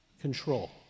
control